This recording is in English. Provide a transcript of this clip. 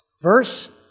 verse